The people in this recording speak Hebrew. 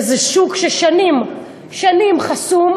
וזה שוק ששנים שנים חסום,